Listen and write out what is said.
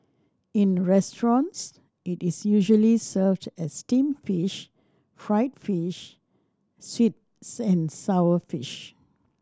in restaurants it is usually served as steamed fish fried fish sweet and sour fish